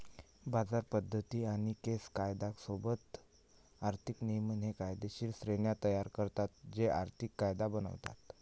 बाजार पद्धती आणि केस कायदा सोबत आर्थिक नियमन हे कायदेशीर श्रेण्या तयार करतात जे आर्थिक कायदा बनवतात